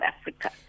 Africa